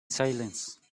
silence